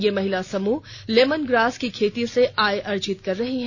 ये महिला समूह लैमन ग्रास की खेती से आय अर्जित कर रही है